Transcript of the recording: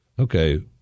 okay